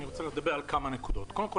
אני רוצה לדבר על כמה נקודות: קודם כול